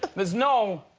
there's no